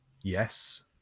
yes